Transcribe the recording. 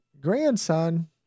Grandson